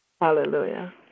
Hallelujah